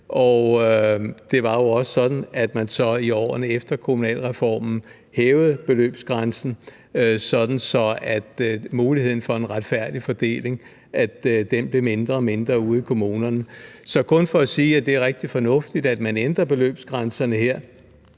og det var jo også sådan, at man så i årene efter kommunalreformen hævede beløbsgrænsen, sådan at muligheden for en retfærdig fordeling blev mindre og mindre ude i kommunerne. Så det er kun for at sige, at det er rigtig fornuftigt, at man ændrer beløbsgrænserne her,